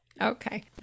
Okay